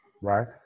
Right